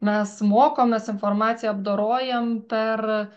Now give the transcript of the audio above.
mes mokomės informaciją apdorojam per